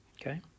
okay